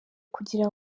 kugira